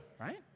right